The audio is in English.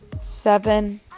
seven